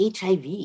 HIV